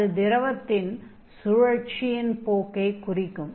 அது திரவத்தின் சுழற்சியின் போக்கைக் குறிக்கும்